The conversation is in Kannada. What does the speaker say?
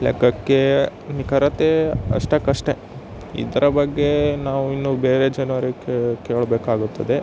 ಲೆಕ್ಕಕ್ಕೆ ನಿಖರತೆ ಅಷ್ಟಕ್ಕಷ್ಟೇ ಇದರ ಬಗ್ಗೆ ನಾವಿನ್ನೂ ಬೇರೆ ಜನರಿಗೆ ಕೇಳಬೇಕಾಗುತ್ತದೆ